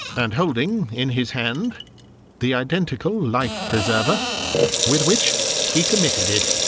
and holding in his hand the identical life-preserve, ah with which he committed it.